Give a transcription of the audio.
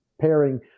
pairing